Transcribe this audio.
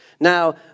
Now